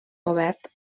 obert